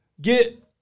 get